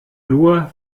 nur